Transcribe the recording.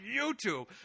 YouTube